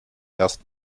erst